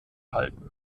halten